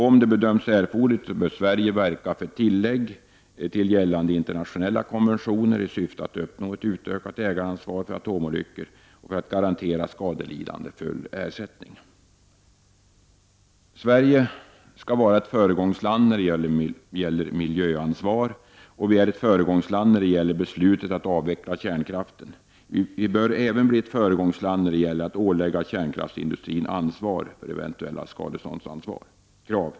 Om det bedöms erforderligt bör Sverige verka för tillägg till gällande internationella konventioner i syfte att uppnå ett utökat ägaransvar för atomolyckor och för att garantera skadelidande full ersättning. Sverige skall vara ett föregångsland när det gäller miljöansvar. Vi är redan ett föregångsland med avseende på vårt beslut att avveckla kärnkraften. Vi bör även bli ett föregångsland vad gäller att ålägga kärnkraftsindustrin ansvaret för eventuella skadeståndskrav.